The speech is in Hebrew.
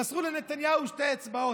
חסרו לנתניהו שתי אצבעות.